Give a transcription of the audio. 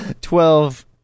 Twelve